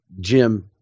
jim